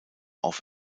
auf